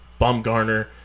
Bumgarner